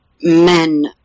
Men